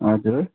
हजुर